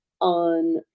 on